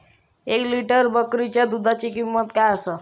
एक लिटर बकरीच्या दुधाची किंमत काय आसा?